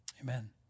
amen